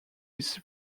his